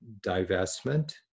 divestment